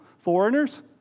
Foreigners